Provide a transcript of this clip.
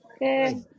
Good